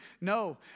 No